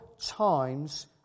times